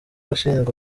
ashinjwa